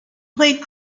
played